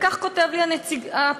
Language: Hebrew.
וכך כותב לי הפונה: